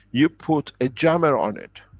you put a jammer on it.